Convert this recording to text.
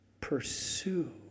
pursue